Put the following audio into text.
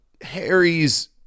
Harry's